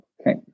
Okay